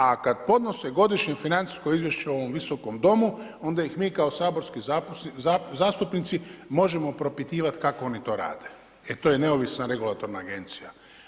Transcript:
A kada podnose godišnje financijsko izvješće ovom Visokom domu onda ih mi kao saborski zastupnici možemo propitivati kako oni to rade jer to je neovisna regulatorna agencija.